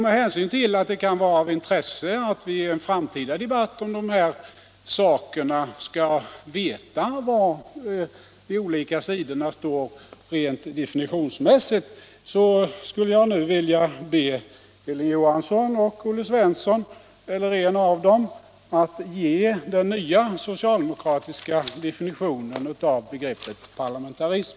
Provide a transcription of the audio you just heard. Med hänsyn till att det kan vara av intresse att vid en framtida debatt om dessa saker veta var de olika sidorna står rent definitionsmässigt, skulle jag nu vilja be Hilding Johansson och Olle Svensson eller en av dem att ge den nya socialdemokratiska definitionen av begreppet parlamentarism.